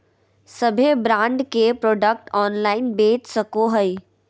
सभे ब्रांड के product online बेच सको हइ